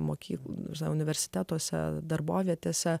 mokyklose universitetuose darbovietėse